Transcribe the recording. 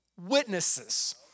witnesses